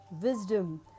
wisdom